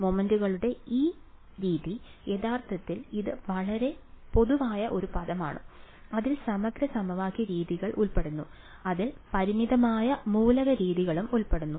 മൊമെന്റുകളുടെ ഈ രീതി യഥാർത്ഥത്തിൽ ഇത് വളരെ പൊതുവായ ഒരു പദമാണ് അതിൽ സമഗ്ര സമവാക്യ രീതികൾ ഉൾപ്പെടുന്നു അതിൽ പരിമിതമായ മൂലക രീതികളും ഉൾപ്പെടുന്നു